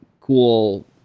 cool